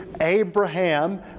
Abraham